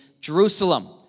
Jerusalem